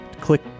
click